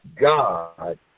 God